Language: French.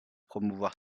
promouvoir